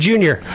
Junior